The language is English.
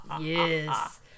Yes